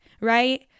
right